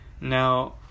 Now